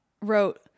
wrote